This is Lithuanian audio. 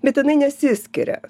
bet jinai nesiskiria